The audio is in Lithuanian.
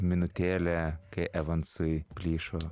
minutėlę kai evansai plyšo